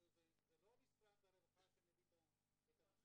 זה לא משרד הרווחה שמביא את המשאבים.